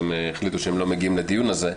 שהם החליטו שהם לא מגיעים לדיון הזה.